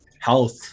health